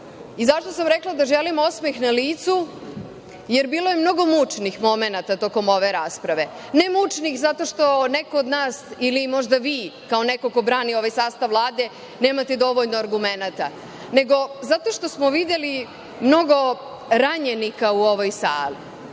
Zašto sam rekla da želim osmeh na licu? Jer, bilo je mnogo mučnih momenata tokom ove rasprave. Ne mučnih zato što neko od nas ili možda vi kao neko ko brani ovaj sastav Vlade, nemate dovoljno argumenata, nego zato što smo videli mnogo ranjenika u ovoj sali.